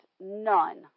none